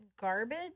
garbage